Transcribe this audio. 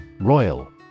Royal